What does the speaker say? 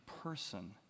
person